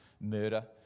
murder